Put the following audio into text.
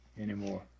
anymore